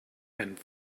and